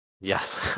yes